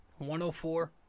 104